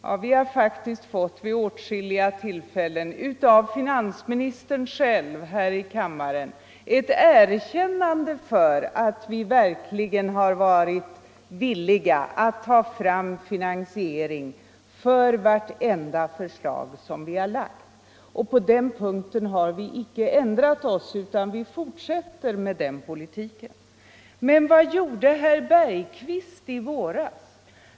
Ja, vi har faktiskt vid åtskilliga tillfällen till och med av finansministern själv här i kammaren fått ett erkännande för att vi har varit villiga att anvisa finansiering för vartenda förslag som vi har lagt fram. Och på denna punkt har vi icke ändrat oss, utan vi fortsätter med den ansvariga politiken. Men vad gjorde herr Bergqvist i våras?